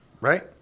right